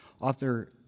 author